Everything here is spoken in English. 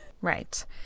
Right